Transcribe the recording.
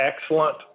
excellent